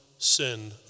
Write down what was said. sin